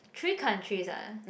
three countries ah